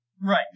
Right